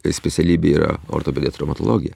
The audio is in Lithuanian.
specialybė yra ortopedija traumatologija